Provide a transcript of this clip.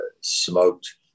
smoked